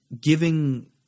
giving –